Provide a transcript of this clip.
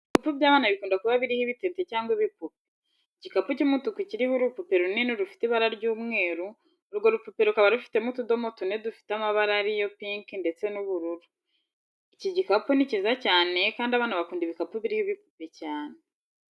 Ibikapu by'abana bikunda kuba biriho ibitente cyangwa ibipupe. Igikapu cy'umutuku kiriho urupupe runini rufite ibara ry'umweru, urwo rupupe rukaba rufitemo utudomo tune dufite amabara ari yo pinki ndetse n'ubururu. Iki gikapu ni cyiza cyane kandi abana bakunda ibikapu biriho ibipupe cyane.